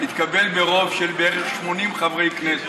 התקבל ברוב של בערך 80 חברי כנסת,